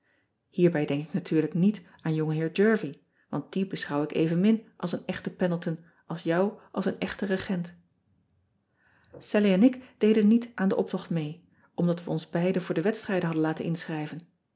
ierbij denk ik natuurlijk niet aan ongeheer ervie want die beschouw ik evenmin als een echten endleton als jou als een echten regent allie en ik deden niet aan den optocht mee omdat ean ebster adertje angbeen we ons beiden voor de wedstrijden hadden laten inschrijven